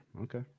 Okay